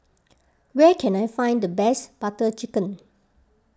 where can I find the best Butter Chicken